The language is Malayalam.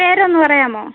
പേരൊന്ന് പറയാമോ